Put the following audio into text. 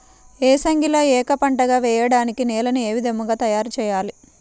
ఏసంగిలో ఏక పంటగ వెయడానికి నేలను ఏ విధముగా తయారుచేయాలి?